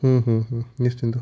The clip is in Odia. ହୁଁ ହୁଁ ହୁଁ ନିଶ୍ଚତ